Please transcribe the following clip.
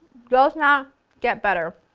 does not get better!